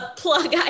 plug